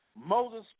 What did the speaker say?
Moses